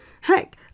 Heck